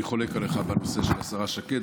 אני חולק עליך בנושא של השרה שקד,